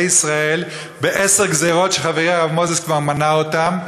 ישראל בעשר גזירות שחברי הרב מוזס כבר מנה אותן,